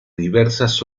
diversas